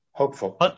Hopeful